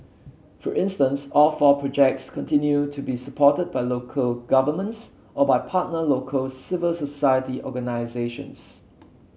for instance all four projects continue to be supported by local governments or by partner local civil society organisations